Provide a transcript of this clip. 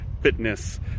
fitness